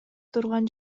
турган